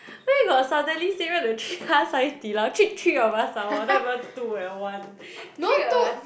where got suddenly say want to treat us Hai-Di-Lao treat three of us some more not even two eh one three of us